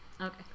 Okay